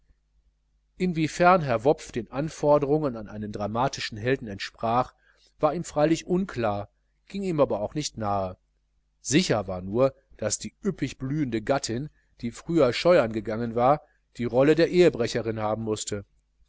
in wiefern herr wopf den anforderungen an einen dramatischen helden entsprach das war ihm freilich unklar ging ihm aber auch nicht nahe sicher war nur daß die üppig blühende gattin die früher scheuern gegangen war die rolle der ehebrecherin haben mußte